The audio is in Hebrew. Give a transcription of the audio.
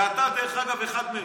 ואתה, דרך אגב, אחד מהם,